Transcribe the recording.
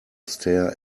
stare